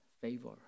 favor